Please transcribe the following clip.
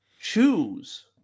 choose